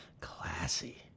Classy